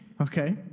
Okay